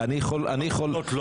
עובדות לא